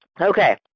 Okay